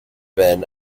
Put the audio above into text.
been